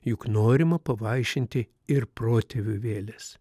juk norima pavaišinti ir protėvių vėlės